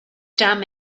damn